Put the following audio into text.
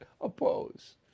oppose